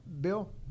Bill